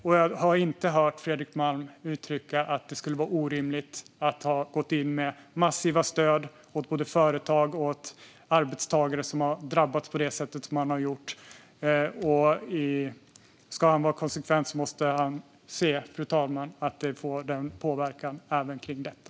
Jag har inte hört Fredrik Malm uttrycka att det skulle vara orimligt att gå in med massiva stöd till företag och arbetstagare som har drabbats. Om han ska vara konsekvent, fru talman, måste han se att det får påverkan även när det gäller detta.